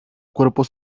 cuerpos